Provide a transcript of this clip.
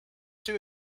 too